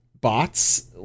bots